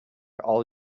all